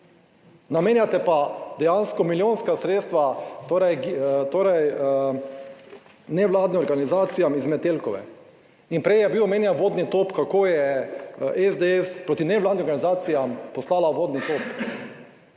namenjate pa dejansko milijonska sredstva torej nevladnim organizacijam iz Metelkove. Prej je bil omenjen vodni top, kako je SDS proti nevladnim organizacijam poslala vodni top.